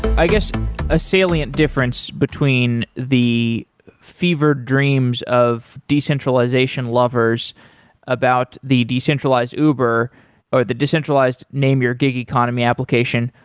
i guess a salient difference between the fevered dreams of decentralization lovers about the decentralized uber or the decentralized name your gig economy application,